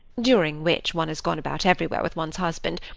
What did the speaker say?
during which one has gone about everywhere with one's husband,